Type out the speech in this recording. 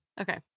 Okay